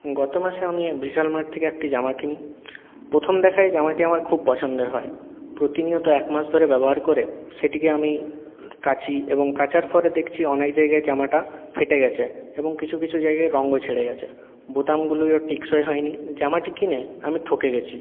গতমাসে আমি বিশাল মার্ট থেকে একটি জামা কিনি প্রথম দেখায় জামাটি আমার খুব পছন্দের হয় প্রতিনিয়ত এক মাস ধরে ব্যবহার করে সেটিকে আমি কাচি এবং কাচার পরে দেখছি অনেক জায়গায় জামাটা ফেটে গেছে এবং কিছু কিছু জায়গায় রঙও ছেড়ে গেছে বোতামগুলোও টেকসই হয়নি জামাটি কিনে আমি ঠকে গেছি